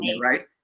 right